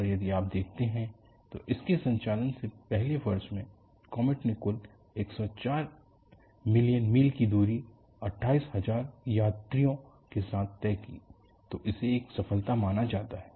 और यदि आप देखते हैं तो इसके संचालन के पहले वर्ष में कॉमेट ने कुल 104 मिलियन मील की दूरी 28000 यात्रियों के साथ तय की तो इसे एक सफलता माना जाता है